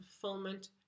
fulfillment